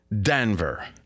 Denver